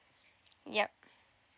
yup